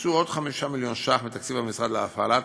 הוקצו עוד 5 מיליון שקלים מתקציב המשרד להפעלת